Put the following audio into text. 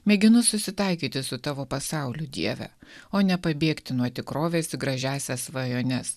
mėginu susitaikyti su tavo pasauliu dieve o nepabėgti nuo tikrovės gražiąsias svajones